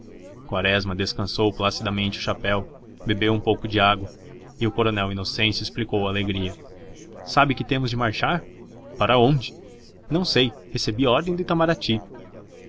quaresma descansou placidamente o chapéu bebeu um pouco dágua e o coronel inocêncio explicou a alegria sabe que temos de marchar para onde não sei recebi ordem do itamarati